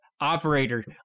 Operator